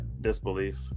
Disbelief